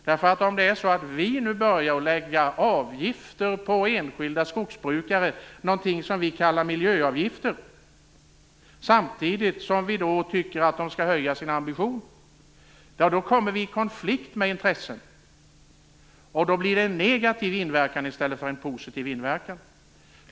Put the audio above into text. Om vi nu börjar lägga något som vi kallar miljöavgifter på enskilda skogsbrukare samtidigt som vi tycker att de skall höja sin ambition kommer vi i konflikt med dessa intressen, och då blir det en negativ inverkan i stället för en positiv.